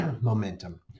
momentum